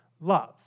love